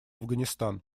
афганистан